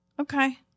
Okay